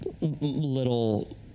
little